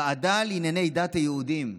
ועדה לענייני דת היהודים.